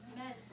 Amen